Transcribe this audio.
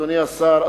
אדוני השר,